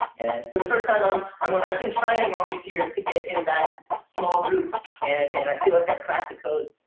and for the first time i um am one. i've been trying all these years to get in that small group and and i feel like i've cracked the code.